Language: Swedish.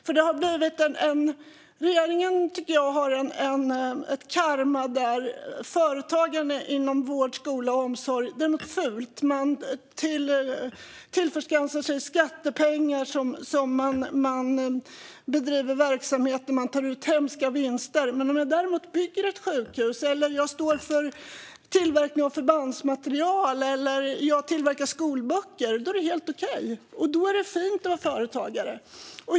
Jag tycker att regeringen har som ett mantra att företagen inom vård, skola och omsorg är något fult: Man tillskansar sig skattepengar som man bedriver verksamheten med, och man tar ut hemska vinster. Men om jag däremot bygger ett sjukhus eller står för tillverkning av förbandsmaterial eller skolböcker är det helt okej, och då är det fint att vara företagare.